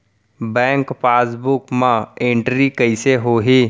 Bank passbook मा entry कइसे होही?